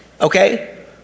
Okay